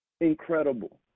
Incredible